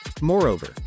Moreover